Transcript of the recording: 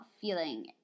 feeling